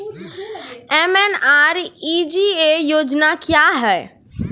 MNREGA योजना क्या हैं?